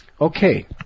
Okay